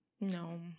no